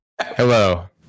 Hello